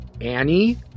Annie